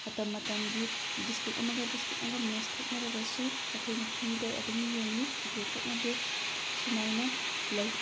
ꯃꯇꯝ ꯃꯇꯝꯒꯤ ꯗꯤꯁꯇ꯭ꯔꯤꯛ ꯑꯃꯒ ꯗꯤꯁꯇ꯭ꯔꯤꯛ ꯑꯃꯒ ꯃꯦꯁ ꯊꯣꯛꯅꯔꯒꯁꯨ ꯑꯩꯈꯣꯏꯅ ꯐ꯭ꯔꯤꯗ ꯑꯗꯨꯝ ꯌꯦꯡꯉꯤ ꯇꯤꯀꯦꯠ ꯀꯛꯅꯗꯦ ꯑꯁꯨꯃꯥꯏꯅ ꯂꯩ